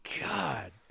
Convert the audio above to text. God